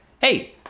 hey